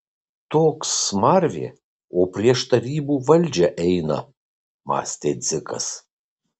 toks smarvė o prieš tarybų valdžią eina mąstė dzikas